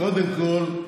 קודם כול,